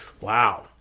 Wow